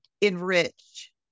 enrich